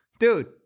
dude